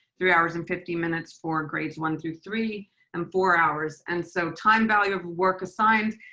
three hours and fifty minutes for grades one through three and four hours. and so time value of work assigned,